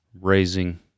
raising